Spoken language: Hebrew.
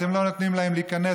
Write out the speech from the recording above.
אתם לא נותנים להם להיכנס,